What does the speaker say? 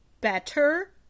better